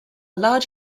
large